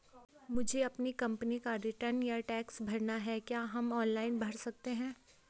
मुझे अपनी कंपनी का रिटर्न या टैक्स भरना है क्या हम ऑनलाइन भर सकते हैं?